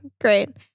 Great